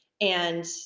and-